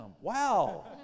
Wow